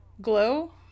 Glow